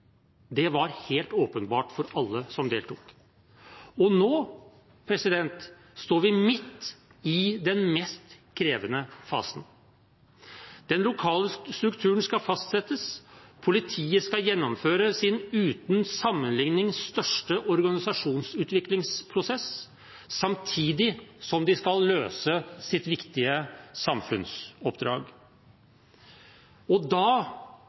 Det var helt åpenbart for alle som deltok. Nå står vi midt i den mest krevende fasen. Den lokale strukturen skal fastsettes. Politiet skal gjennomføre sin uten sammenligning største organisasjonsutviklingsprosess samtidig som de skal løse sitt viktige samfunnsoppdrag. Da